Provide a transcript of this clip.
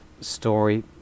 story